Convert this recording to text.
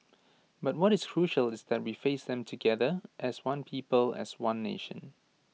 but what is crucial is that we face them together as one people as one nation